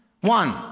One